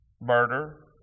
murder